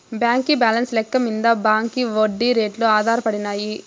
బాంకీ బాలెన్స్ లెక్క మింద బాంకీ ఒడ్డీ రేట్లు ఆధారపడినాయి